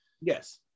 Yes